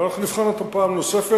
ואנחנו נבחן אותם פעם נוספת.